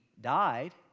died